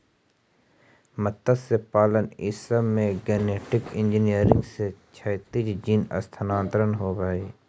मत्स्यपालन ई सब में गेनेटिक इन्जीनियरिंग से क्षैतिज जीन स्थानान्तरण होब हई